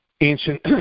ancient